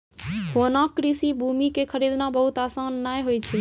होना कृषि भूमि कॅ खरीदना बहुत आसान नाय होय छै